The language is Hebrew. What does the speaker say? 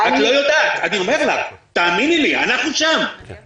אני לא ממשיכה את הוויכוח בצורה כזו.